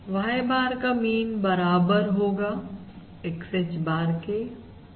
Y bar का mean बराबर होगा XH bar के